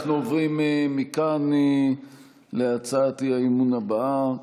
אנחנו עוברים מכאן להצעת האי-אמון הבאה,